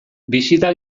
bisita